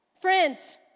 Friends